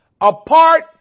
apart